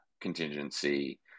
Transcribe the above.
contingency